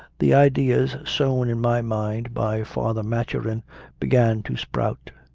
the ideas sown in my mind by father maturin began to sprout.